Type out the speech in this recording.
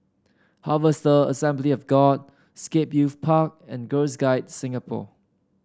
Harvester Assembly of God Scape Youth Park and Girls Guides Singapore